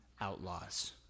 outlaws